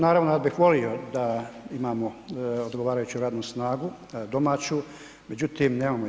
Naravno ja bih volio da imamo odgovarajuću radnu snagu domaću, međutim nemamo je.